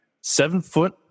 seven-foot